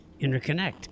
interconnect